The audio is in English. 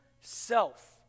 self